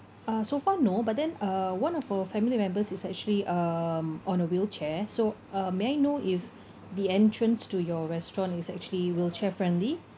uh so far no but then uh one of our family members is actually um on a wheelchair so uh may I know if the entrance to your restaurant is actually wheelchair friendly